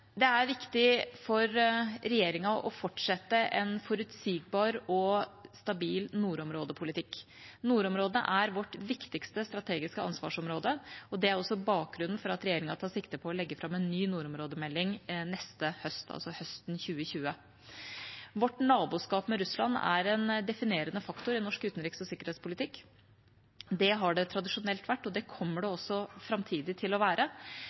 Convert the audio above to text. Det er viktig for regjeringa å fortsette en forutsigbar og stabil nordområdepolitikk. Nordområdene er vårt viktigste strategiske ansvarsområde. Det er også bakgrunnen for at regjeringa tar sikte på å legge fram en ny nordområdemelding neste høst, altså høsten 2020. Vårt naboskap med Russland er en definerende faktor i norsk utenriks- og sikkerhetspolitikk. Det har det tradisjonelt vært, og det kommer det også til å være